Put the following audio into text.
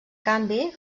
canvi